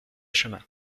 chemins